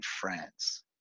France